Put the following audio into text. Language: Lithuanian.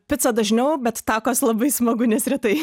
picą dažniau bet takos labai smagu nes retai